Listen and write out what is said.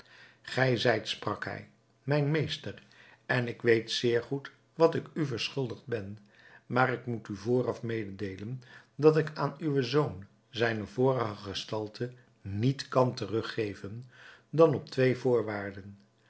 gij zijt sprak zij mijn meester en ik weet zeer goed wat ik u verschuldigd ben maar ik moet u vooraf mededeelen dat ik aan uwen zoon zijne vorige gestalte niet kan terug geven dan op twee voorwaarden